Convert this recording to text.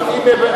הממלכתיים,